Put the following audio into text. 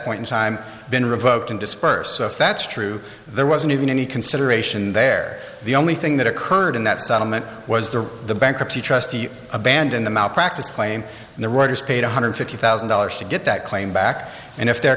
point in time been revoked and dispersed so if that's true there wasn't even any consideration there the only thing that occurred in that settlement was the the bankruptcy trustee abandon the malpractise claim and the writers paid one hundred fifty thousand dollars to get that claim back and if the